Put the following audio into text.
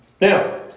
Now